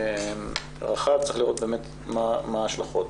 רחב, צריך לראות מה ההשלכות.